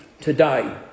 today